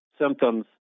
symptoms